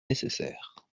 nécessaires